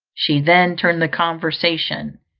she then turned the conversation,